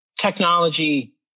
technology